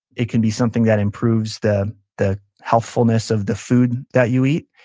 it can be something that improves the the healthfulness of the food that you eat,